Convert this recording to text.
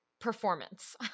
performance